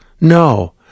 No